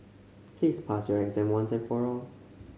please pass your exam once and for all